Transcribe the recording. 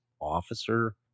officer